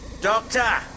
Doctor